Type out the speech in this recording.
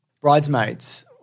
Bridesmaids